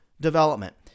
development